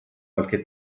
qualche